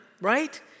right